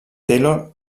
taylor